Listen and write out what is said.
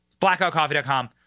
BlackoutCoffee.com